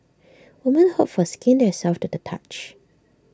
women hope for skin that is soft to the touch